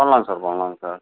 பண்ணலாங்க சார் பண்ணலாங்க சார்